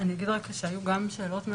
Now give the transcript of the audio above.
אם אני ישראלי ואנגלי,